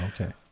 Okay